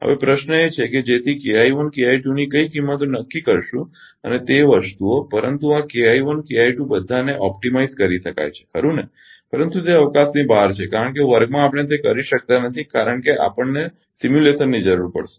હવે પ્રશ્ન એ છે કે જેથી ની કઇ કિંમતો નક્કી કરશું અને તે વસ્તુઓ પરંતુ આ બધાને ઓપ્ટિમાઇઝ કરી શકાય છે ખરુ ને પરંતુ તે અવકાશની બહાર છે કારણ કે વર્ગમાં આપણે તે કરી શકતા નથી કારણ કે આપણને સિમ્યુલેશનની જરૂર પડશે